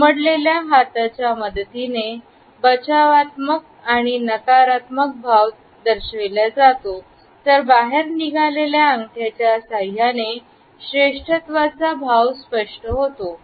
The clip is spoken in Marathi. दुमडलेल्या हाताच्या मदतीने बचावात्मक आणि नकारात्मक भाव दर्शवितो तर बाहेर निघालेल्या अंगठ्या च्या साह्याने श्रेष्ठत्वाचा भाव स्पष्ट होतो